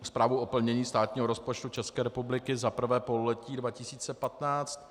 Zprávu o plnění státního rozpočtu České republiky za 1. pololetí 2015.